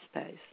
space